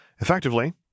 Effectively